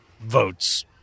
votes